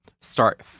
start